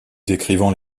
décrivant